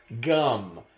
gum